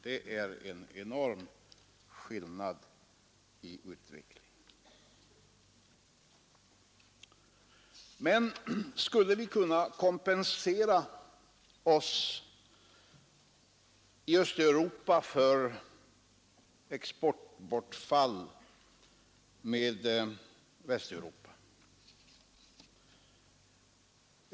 Det är en enorm skillnad i utveckling. Men skulle vi kunna kompensera oss i Östeuropa för bortfall av export till Västeuropa?